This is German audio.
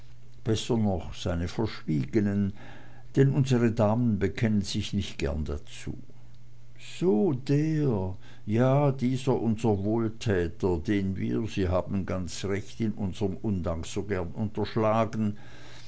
besser noch seine verschwiegenen denn unsre damen bekennen sich nicht gern dazu so der ja dieser unser wohltäter den wir sie haben ganz recht in unserm undank so gern unterschlagen